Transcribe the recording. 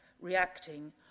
reacting